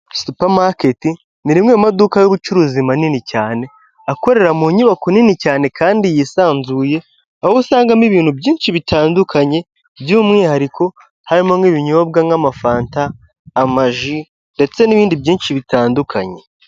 Supa maketi, ni rimwe mu maduka y'ubucuruzi manini cyane akorera mu nyubako nini cyane kandi yisanzuye aho usangamo ibintu byinshi bitandukanye by'umwihariko harimo n'ibinyobwa nk'amafanta, amaji, ndetse n'ibindi byinshi bitandukanye.